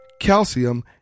calcium